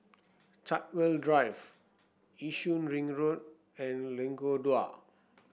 Chartwell Drive Yishun Ring Road and Lengkok Dua